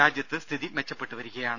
രാജ്യത്ത് സ്ഥിതി മെച്ചപ്പെട്ടുവരികയാണ്